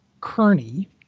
Kearney